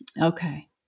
Okay